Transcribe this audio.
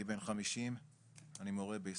אני בן 50 אני מורה בישראל,